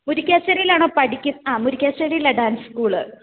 മുരിക്കാശ്ശേരിലാണോ പഠിക്കുന്ന്ത് ആ മുരിക്കാശ്ശേരിലാണ് ഡാൻസ് സ്കൂള്